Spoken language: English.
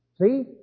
See